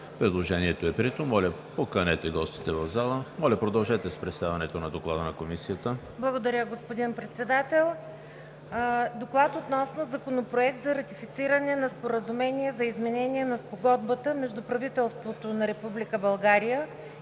Предложението е прието. Моля, поканете гостите в залата. Моля, продължете с представянето на Доклада на Комисията. ДОКЛАДЧИК ВЕНКА СТОЯНОВА: Благодаря, господин Председател. „ДОКЛАД относно Законопроект за ратифициране на Споразумение за изменение на Спогодбата между правителството на